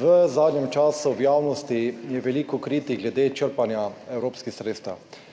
V zadnjem času je v javnosti veliko kritik glede črpanja evropskih sredstev,